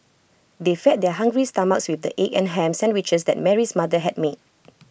they fed their hungry stomachs with the egg and Ham Sandwiches that Mary's mother had made